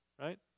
Right